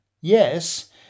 Yes